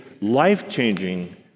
life-changing